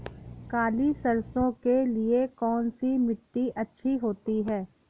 काली सरसो के लिए कौन सी मिट्टी अच्छी होती है?